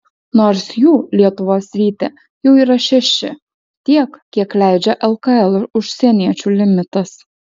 nors jų lietuvos ryte jau yra šeši tiek kiek leidžia lkl užsieniečių limitas